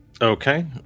okay